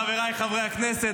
חבריי חברי הכנסת,